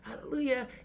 hallelujah